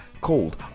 called